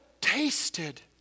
tasted